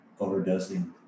overdosing